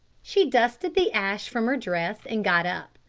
she dusted the ash from her dress and got up.